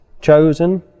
chosen